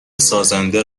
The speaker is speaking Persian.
سازنده